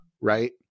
right